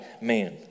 man